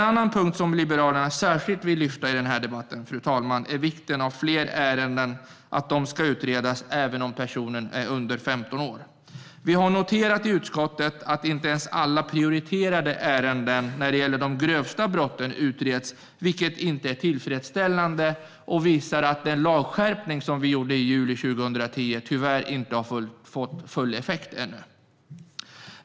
En annan punkt som Liberalerna särskilt vill lyfta upp i debatten är vikten av att fler ärenden ska utredas även om personen är under 15 år. Vi har i utskottet noterat att inte ens alla prioriterade ärenden när det gäller de grövsta brotten utreds, vilket inte är tillfredsställande och visar att den lagskärpning som vi gjorde i juli 2010 tyvärr inte har fått full effekt ännu.